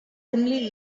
dimly